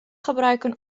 gebruiken